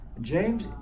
James